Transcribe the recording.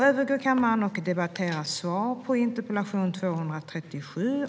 Fru talman!